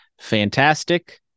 fantastic